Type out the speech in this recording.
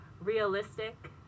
Realistic